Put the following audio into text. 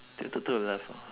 tilted to the left ah